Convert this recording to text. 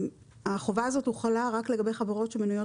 החובה הזאת הוחלה רק לגבי חברות שמנויות